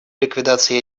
ликвидации